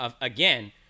again